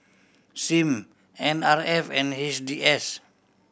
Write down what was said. Sim N R F and H D S